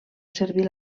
servir